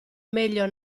meglio